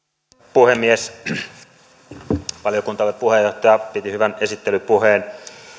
puhemies valiokuntamme puheenjohtaja piti hyvän esittelypuheen